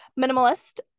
Minimalist